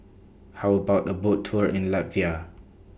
How about A Boat Tour in Latvia